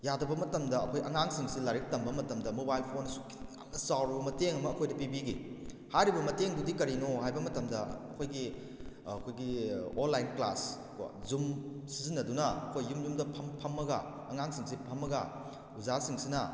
ꯌꯥꯗꯕ ꯃꯇꯝꯗ ꯑꯩꯈꯣꯏ ꯑꯉꯥꯡꯁꯤꯡꯁꯤ ꯂꯥꯏꯔꯤꯛ ꯇꯝꯕ ꯃꯇꯝꯗ ꯃꯣꯕꯥꯏꯜ ꯐꯣꯟ ꯑꯁꯨꯛꯀꯤ ꯌꯥꯝꯅ ꯆꯥꯎꯔꯕ ꯃꯇꯦꯡ ꯑꯃ ꯑꯩꯈꯣꯏꯗ ꯄꯤꯕꯤꯈꯤ ꯍꯥꯏꯔꯤꯕ ꯃꯇꯦꯡꯗꯨꯗꯤ ꯀꯔꯤꯅꯣ ꯍꯥꯏꯕ ꯃꯇꯝꯗ ꯑꯩꯈꯣꯏꯒꯤ ꯑꯩꯈꯣꯏꯒꯤ ꯑꯣꯜꯂꯥꯏꯟ ꯀ꯭ꯂꯥꯁ ꯀꯣ ꯖꯨꯝ ꯁꯤꯖꯤꯟꯅꯗꯨꯅ ꯑꯩꯈꯣꯏ ꯌꯨꯝ ꯌꯨꯝꯗ ꯐꯝꯃꯒ ꯑꯉꯥꯡꯁꯤꯡꯁꯤ ꯐꯝꯃꯒ ꯑꯣꯖꯥꯁꯤꯡꯁꯤꯅ